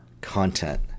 content